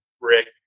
rick